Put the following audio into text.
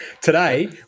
Today